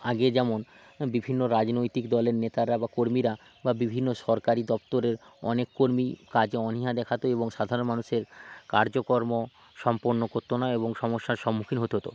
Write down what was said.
আগে যেমন বিভিন্ন রাজনৈতিক দলের নেতারা বা কর্মীরা বা বিভিন্ন সরকারি দফতরের অনেক কর্মী কাজে অনীহা দেখাত এবং সাধারণ মানুষের কাজকর্ম সম্পন্ন করত না এবং সমস্যার সম্মুখীন হতে হতো